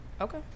Okay